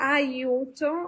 aiuto